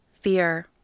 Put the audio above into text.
Fear